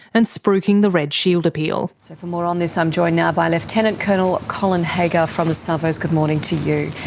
and spruiking the red shield appeal. so for more on this i'm joined now by lieutenant colonel colin haggar from the salvos, good morning to you.